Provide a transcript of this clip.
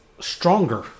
stronger